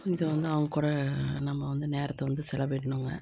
கொஞ்சம் வந்து அவங்க கூட நம்ம வந்து நேரத்தை வந்து செலவிடணுங்க